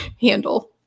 handle